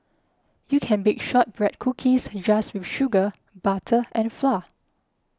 you can bake Shortbread Cookies just with sugar butter and flour